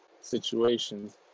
situations